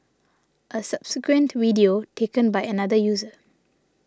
a subsequent video taken by another user